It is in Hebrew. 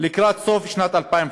לקראת סוף שנת 2015,